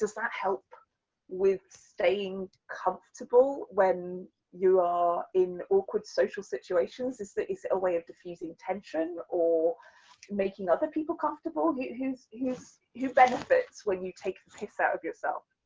does that help with staying comfortable when you are in awkward social situations, is that, is it a way of diffusing tension, or making other people comfortable? who's, who benefits when you take the piss out of yourself?